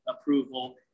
approval